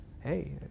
hey